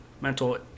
mental